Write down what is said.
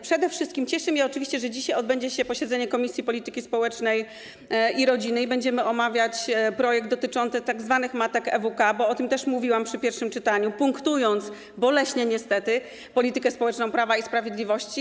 Przede wszystkim cieszy mnie oczywiście to, że dzisiaj odbędzie się posiedzenie Komisji Polityki Społecznej i Rodziny i będziemy omawiać projekt dotyczący tzw. matek z EWK, bo o tym też mówiłam przy pierwszym czytaniu, punktując boleśnie niestety politykę społeczną Prawa i Sprawiedliwości.